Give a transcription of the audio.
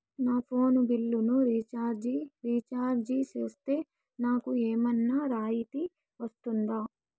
నా ఫోను బిల్లును recharge recharge సేస్తే, నాకు ఏమన్నా రాయితీ వస్తుందా?